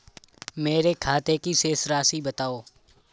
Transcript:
मेरे खाते की शेष राशि बताओ?